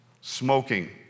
Smoking